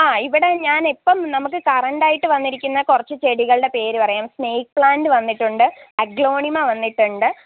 ആ ഇവിടെ ഞാൻ ഇപ്പം നമുക്ക് കറണ്ട് ആയിട്ട് വന്നിരിക്കുന്ന കുറച്ച് ചെടികളുടെ പേര് പറയാം സ്നേക് പ്ലാന്റ് വന്നിട്ടുണ്ട് അഗ്ലോണിമ വന്നിട്ടുണ്ട്